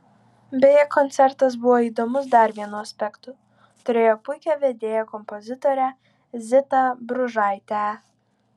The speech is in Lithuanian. beje koncertas buvo įdomus dar vienu aspektu turėjo puikią vedėją kompozitorę zitą bružaitę